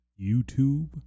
YouTube